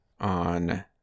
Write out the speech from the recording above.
on